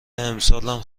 امسالم